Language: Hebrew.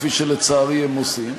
כפי שלצערי הם עושים.